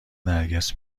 نرگس